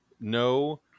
No